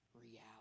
reality